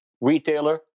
retailer